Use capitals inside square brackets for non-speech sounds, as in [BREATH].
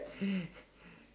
[BREATH]